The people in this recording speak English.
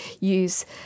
use